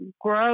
grow